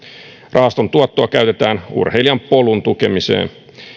rahaston tuottoa käytetään urheilijan polun tukemiseen